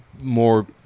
more